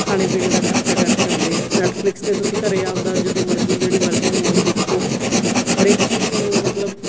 ਖਾਣੇ ਪੀਣੇ ਦਾ ਖ਼ਰਚਾ ਕਰਕੇ ਆਉਂਦੇ ਨੈਟਫਲਿਕਸ 'ਤੇ ਤੁਸੀਂ ਘਰ ਆਪਣਾ ਜਦੋਂ ਮਰਜ਼ੀ ਜਿਹੜੀ ਮਰਜ਼ੀ ਮੂਵੀ ਦੇਖੋ ਹਰੇਕ ਚੀਜ਼ ਤੁਹਾਨੂੰ ਮਤਲਬ